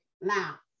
Now